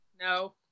No